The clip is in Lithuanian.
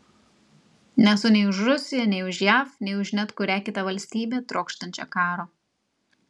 nesu nei už rusiją nei už jav nei už net kurią kitą valstybę trokštančią karo